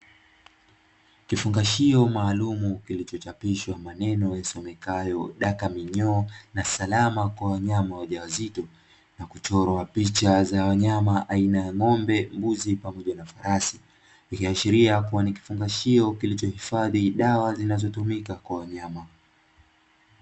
Kifungashio maalumu kilicho chapishwa maneno yasomekayo, "daka minyoo na salama kwa wanyama", wajawazito na kuchorwa picha za wanyama aina ya ng'ombe, mbuzi pamoja na farasi. Ikiashiria kuwa ni kifungashio kilichohifadhi dawa zinazotumika kwa wanyama.